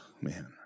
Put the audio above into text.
man